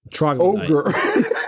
ogre